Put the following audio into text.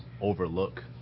overlook